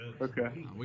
Okay